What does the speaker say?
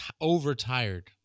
overtired